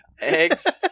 Eggs